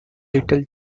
little